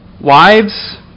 Wives